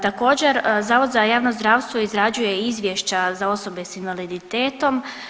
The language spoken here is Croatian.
Također zavod za javno zdravstvo izrađuje izvješća za osobe s invaliditetom.